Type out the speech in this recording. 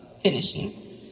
finishing